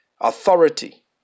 authority